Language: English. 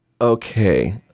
Okay